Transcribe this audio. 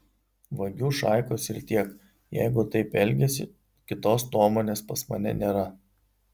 vagių šaikos ir tiek jeigu taip elgiasi kitos nuomonės pas mane nėra